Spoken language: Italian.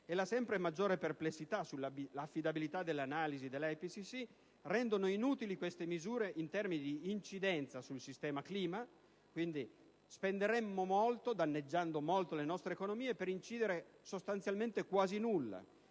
e la sempre maggiore perplessità sull'affidabilità delle analisi dell'IPCC rendono inutili queste misure in termini di incidenza sul sistema clima. Quindi, spenderemmo molto danneggiando molto le nostre economie per incidere sostanzialmente quasi nulla,